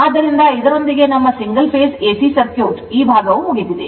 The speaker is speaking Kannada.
ಆದ್ದರಿಂದ ಇದರೊಂದಿಗೆ ನಮ್ಮ ಸಿಂಗಲ್ ಫೇಸ್ ಎಸಿ ಸರ್ಕ್ಯೂಟ್ ಈ ಭಾಗವು ಮುಗಿದಿದೆ